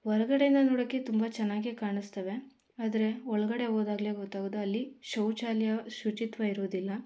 ಹೊರಗಡೆಯಿಂದ ನೋಡೋಕೆ ತುಂಬ ಚೆನ್ನಾಗೆ ಕಾಣಿಸ್ತವೆ ಆದರೆ ಒಳಗಡೆ ಹೋದಾಗ್ಲೇ ಗೊತ್ತಾಗೋದು ಅಲ್ಲಿ ಶೌಚಾಲಯ ಶುಚಿತ್ವ ಇರೋದಿಲ್ಲ